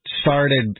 started